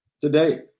today